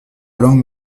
langue